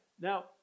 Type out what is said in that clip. Now